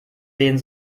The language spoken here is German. sehen